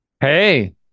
Hey